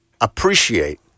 appreciate